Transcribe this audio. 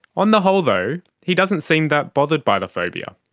on the whole though, he doesn't seem that bothered by the phobia.